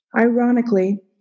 Ironically